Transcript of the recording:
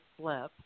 slip